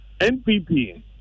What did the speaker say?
NPP